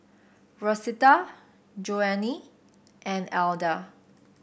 Rosita Joanie and Elda